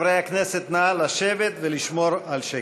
חברי הכנסת, נא לשבת ולשמור על שקט.